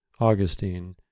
augustine